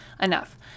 Enough